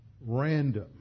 random